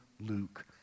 Luke